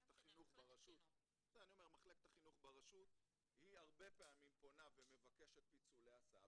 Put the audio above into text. מחלקת החינוך ברשות היא הרבה פעמים פונה ומבקשת פיצול להסעה.